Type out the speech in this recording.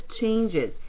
changes